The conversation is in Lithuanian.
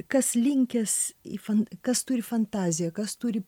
kas linkęs į fan kas turi fantaziją kas turi